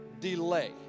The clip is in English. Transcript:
delay